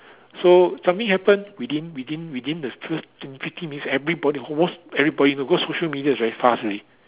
so something happen within within within the first two fifteen minutes everybody almost everybody because social media is very fast you see